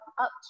up